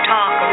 Talk